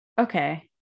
Okay